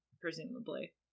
Presumably